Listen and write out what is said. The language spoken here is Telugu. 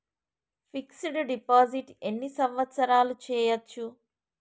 ఫిక్స్ డ్ డిపాజిట్ ఎన్ని సంవత్సరాలు చేయచ్చు?